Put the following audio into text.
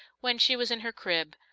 when she was in her crib,